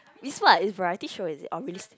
is what is variety show is it or really